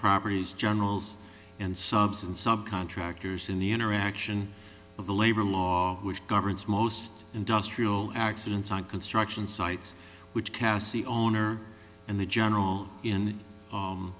properties generals and subs and sub contractors in the interaction of the labor law which governs most industrial accidents on construction sites which casts the owner and the general in